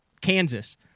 Kansas